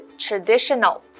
traditional